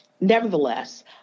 nevertheless